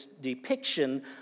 depiction